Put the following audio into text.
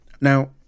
Now